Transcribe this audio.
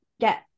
get